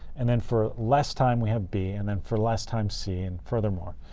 and then for less time, we have b, and then for less time, c, and furthermore.